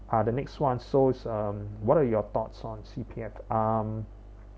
uh the next one so is um what are your thoughts on C_P_F um